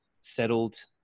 settled